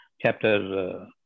Chapter